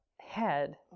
head